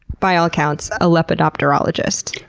by all accounts, a lepidopterologist.